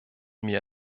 mir